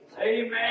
Amen